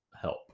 help